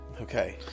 Okay